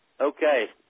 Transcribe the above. Okay